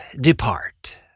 depart